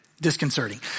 disconcerting